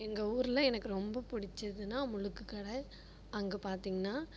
எங்கள் ஊரில் எனக்கு ரொம்ப பிடிச்சதுன்னா முழுக்கு கடை அங்கே பார்த்திங்ன்னா